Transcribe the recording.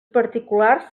particulars